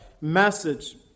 message